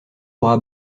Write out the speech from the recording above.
aura